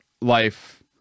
life